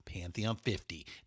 Pantheon50